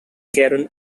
karen